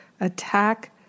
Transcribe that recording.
Attack